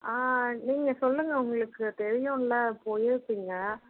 நீங்கள் சொல்லுங்கள் உங்களுக்கு தெரியும்ல்ல போயிருப்பிங்க